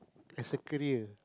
as a career